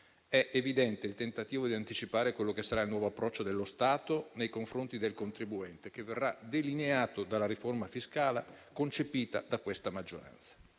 è evidente il tentativo di anticipare quello che sarà il nuovo approccio dello Stato nei confronti del contribuente, che verrà delineato dalla riforma fiscale concepita da questa maggioranza.